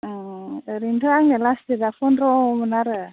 ओं ओरैनोथ' आंनिया लास्ट रेटआ फन्द्र'मोन आरो